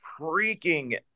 freaking